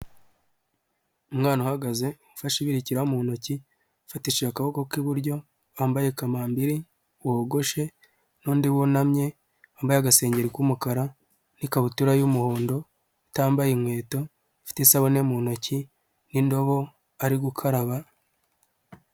Umwana uhagaze ufashe ibirikira mu ntoki ufatishije akaboko k'iburyo wambaye kamambiri wogoshe, undi wunamye wambaye agasengeri k'umukara n'ikabutura y'umuhondo, utambaye inkweto, afite isabune mu ntoki n'indobo ari gukaraba.